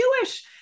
Jewish